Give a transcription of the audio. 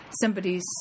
somebody's